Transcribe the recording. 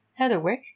Heatherwick